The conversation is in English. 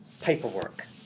paperwork